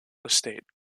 estate